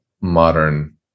modern